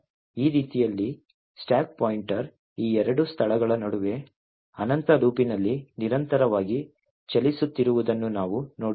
ಆದ್ದರಿಂದ ಈ ರೀತಿಯಲ್ಲಿ ಸ್ಟಾಕ್ ಪಾಯಿಂಟರ್ ಈ ಎರಡು ಸ್ಥಳಗಳ ನಡುವೆ ಅನಂತ ಲೂಪ್ನಲ್ಲಿ ನಿರಂತರವಾಗಿ ಚಲಿಸುತ್ತಿರುವುದನ್ನು ನಾವು ನೋಡುತ್ತೇವೆ